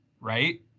right